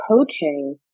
coaching